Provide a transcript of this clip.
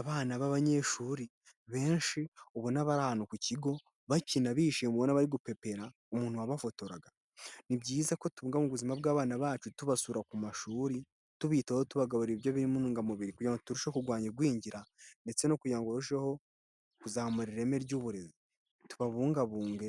Abana b'abanyeshuri benshi ubona bari ahantu ku kigo, bakina bishimye ubona bari gupepera umuntu wabafotoraga. Ni byiza ko tubungabunga ubuzima bw'abana bacu tubasura ku mashuri, tubitaho tubagaburira ibiryo birimo intungamubiri kugira ngo turusheho kurwanya igwingira ndetse no kugira ngo barusheho kuzamura ireme ry'uburezi. Tubabungabunge,